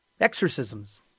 Exorcisms